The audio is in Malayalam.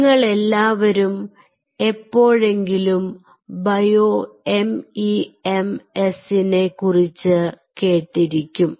നിങ്ങളെല്ലാവരും എപ്പോഴെങ്കിലും ബയോ MEMS നെ കുറിച്ച് കേട്ടിരിക്കും